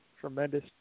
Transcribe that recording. Tremendous